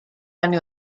anni